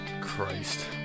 Christ